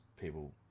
people